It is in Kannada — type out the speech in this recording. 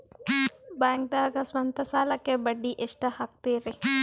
ಬ್ಯಾಂಕ್ದಾಗ ಸ್ವಂತ ಸಾಲಕ್ಕೆ ಬಡ್ಡಿ ಎಷ್ಟ್ ಹಕ್ತಾರಿ?